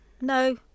No